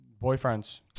Boyfriends